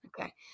Okay